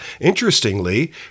Interestingly